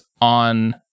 on